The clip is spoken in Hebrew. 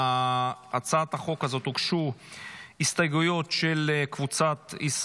להצעת החוק הזאת הוגשו הסתייגויות של קבוצת --- לא,